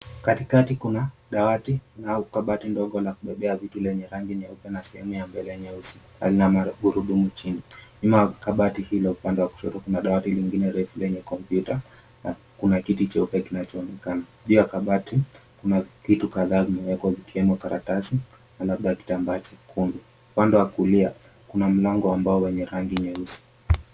Katikati kuna dawati au kabati ndogo la kubebea vitu lenye rangi nyeupe na sehemu ya mbele nyeusi na lina magurudumu chini. Nyuma ya kabati hilo, upande wa kushoto kuna dawati lingine refu lenye kompyuta na kuna kiti cheupe kinachoonekana. Juu ya kabati kuna vitu kadhaa zimewekwa vikiwemo karatasi na labda kitambaa chekundu. Upande wa kulia, kuna mlango ambao wenye rangi nyeusi.